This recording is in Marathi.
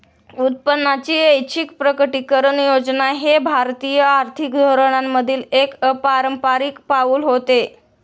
उत्पन्नाची ऐच्छिक प्रकटीकरण योजना हे भारतीय आर्थिक धोरणांमधील एक अपारंपारिक पाऊल होते